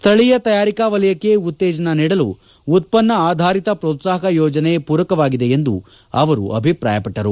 ಸ್ಥಳೀಯ ತಯಾರಿಕಾ ವಲಯಕ್ಕೆ ಉತ್ತೇಜನ ನೀಡಲು ಉತ್ಪನ್ನ ಆಧಾರಿತ ಪ್ರೋತ್ಸಾಹಕ ಯೋಜನೆ ಪೂರಕವಾಗಿದೆ ಎಂದು ಅವರು ಅಭಿಪ್ರಾಯಪಟ್ಟರು